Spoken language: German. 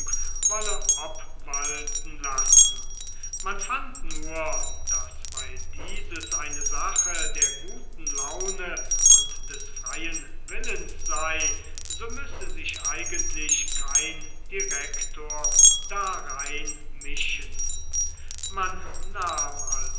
wolle obwalten lassen man fand nur daß weil dieses eine sache der guten laune und des freien willens sei so müsse sich eigentlich kein direktor darein mischen man nahm als